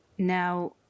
Now